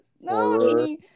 No